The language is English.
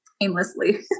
aimlessly